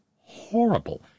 horrible